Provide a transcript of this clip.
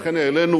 לכן העלינו